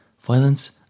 Violence